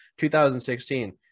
2016